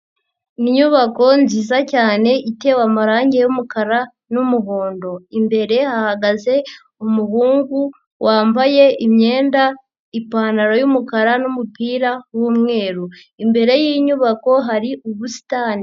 Inyubako nziza cyane itewe amarangi y'umukara n'umuhondo, imbere hahagaze umuhungu wambaye imyenda, ipantaro y'umukara n'umupira w'umweru, imbere y'inyubako hari ubusitani.